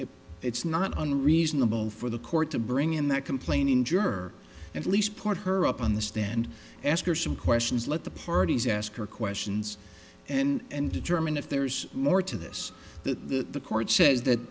occurred it's not unreasonable for the court to bring in that complaining juror at least point her up on the stand ask her some questions let the parties ask her questions and determine if there's more to this that the the court says that